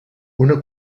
una